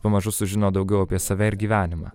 pamažu sužino daugiau apie save ir gyvenimą